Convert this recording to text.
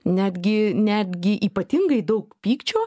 netgi netgi ypatingai daug pykčio